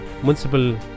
municipal